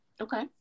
Okay